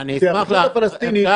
אני אשמח לענות.